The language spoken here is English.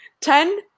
Ten